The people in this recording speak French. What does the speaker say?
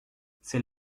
c’est